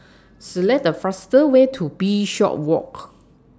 Select The faster Way to Bishopswalk